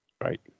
right